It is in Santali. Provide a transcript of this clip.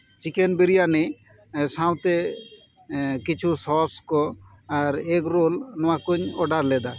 ᱪᱤᱠᱮᱱ ᱵᱤᱨᱤᱭᱟᱱᱤ ᱥᱟᱶᱛᱮ ᱠᱤᱪᱷᱩ ᱥᱚᱥ ᱠᱚ ᱟᱨ ᱮᱜᱽᱨᱳᱞ ᱱᱚᱶᱟ ᱠᱚᱧ ᱚᱰᱟᱨ ᱞᱮᱫᱟ